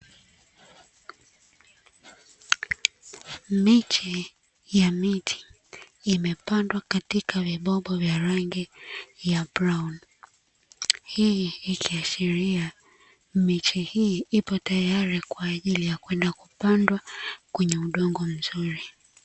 Miche ya miti imepandwa katika vibobo vya rangi ya "brown", hii ikiashiria miche hii ipo tayari kwa ajili ya kwenda kupandwa, kwenye udongo mzuri.